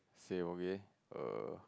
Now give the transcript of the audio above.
say okay err